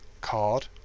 Card